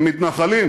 הם מתנחלים,